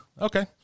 Okay